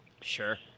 Sure